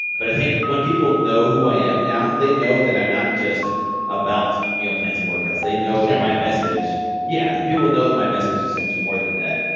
but i think when people know who i am now, they know that i'm not just about meal plans and workouts. they know that my message yeah, people know that my message is so much more than that.